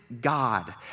God